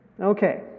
Okay